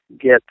get